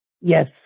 Yes